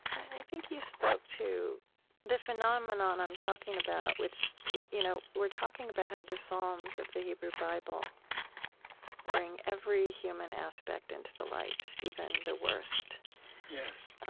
i think you spoke to the phenomenon i'm talking about, which you you know we're talking about how the psalms of the hebrew bible bring every human aspect into the light, even the worst yes